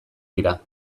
dira